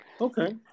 Okay